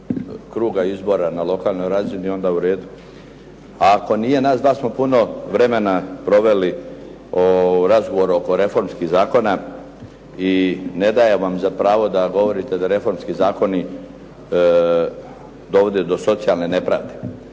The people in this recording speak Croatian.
kruga izbora na lokalnoj razini, onda u redu. A ako nije nas dva smo puno vremena proveli u razgovoru oko reformskih zakona i ne dajem vam za pravo da govorite da reformski zakoni dovode do socijalne nepravde.